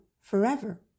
forever